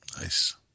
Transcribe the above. Nice